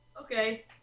Okay